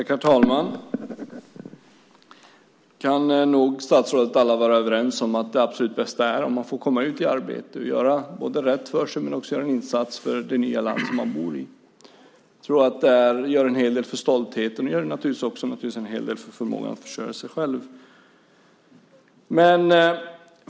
Herr talman! Statsrådet och vi alla kan nog vara överens om att det allra bästa är om människor får komma ut i arbete och både göra rätt för sig och göra en insats för det nya land som de bor i. Det gör en hel del för stoltheten och naturligtvis också en hel del för förmågan att försörja sig själv.